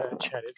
chatted